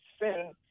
sin